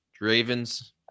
ravens